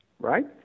right